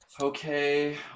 Okay